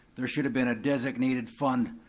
there should've been a designated fund